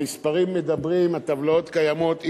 המספרים מדברים, הטבלאות קיימות.